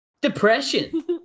depression